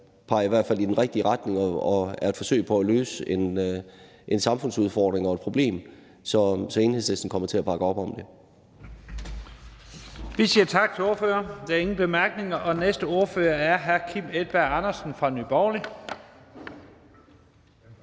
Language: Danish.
som i hvert fald peger i den rigtige retning og er et forsøg på at løse en samfundsudfordring og et problem, så Enhedslisten kommer til at bakke op om det.